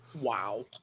Wow